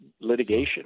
litigation